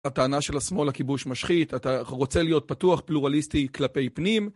הטענה של השמאל הכיבוש משחית, אתה רוצה להיות פתוח, פלורליסטי כלפי פנים